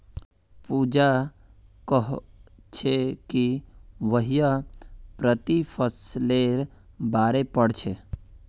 पूजा कोहछे कि वहियं प्रतिफलेर बारे पढ़ छे